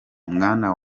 mwana